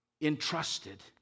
entrusted